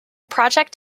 project